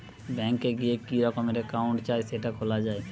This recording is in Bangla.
ব্যাঙ্ক এ গিয়ে কি রকমের একাউন্ট চাই সেটা খোলা যায়